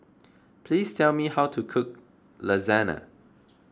please tell me how to cook Lasagna